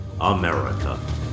America